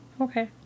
Okay